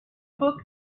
book